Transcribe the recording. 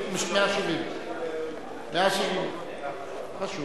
170. לא חשוב.